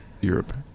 Europe